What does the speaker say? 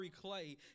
clay